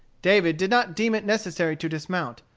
david did not deem it necessary to dismount,